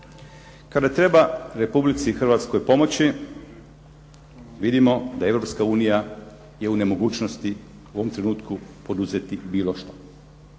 Kada treba Republici Hrvatskoj pomoći, vidimo da Europska unija je u nemogućnosti u ovom trenutku poduzeti bilo što.